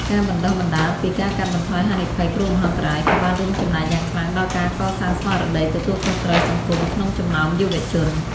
ការបណ្ដុះបណ្ដាលពី ការកាត់បន្ថយហានិភ័យគ្រោះមហន្តរាយ ក៏បានរួមចំណែកយ៉ាងខ្លាំងដល់ការកសាងស្មារតីទទួលខុសត្រូវសង្គមក្នុងចំណោមយុវជន។